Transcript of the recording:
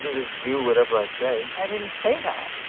just do whatever i say i didn't say that.